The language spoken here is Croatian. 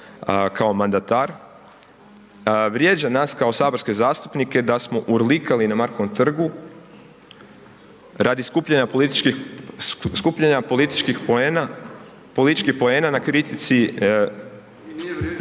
kao mandatar, vrijeđa nas kao saborske zastupnike da smo urlikali na Markovom trgu radi skupljanja političkih, skupljanja političkih